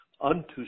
unto